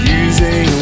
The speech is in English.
using